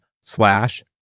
slash